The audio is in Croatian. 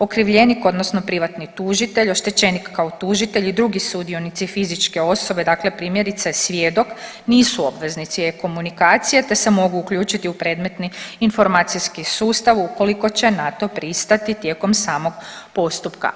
Okrivljenik odnosno privatni tužitelj, oštećenik kao tužitelj i drugi sudionici fizičke osobe, dakle primjerice svjedok nisu obveznici e-komunikacije te se mogu uključiti u predmeti informacijski sustav ukoliko će na to pristati tijekom samog postupka.